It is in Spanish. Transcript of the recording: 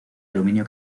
aluminio